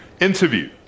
Interview